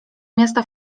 miasta